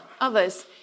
others